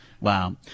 Wow